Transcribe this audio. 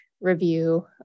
review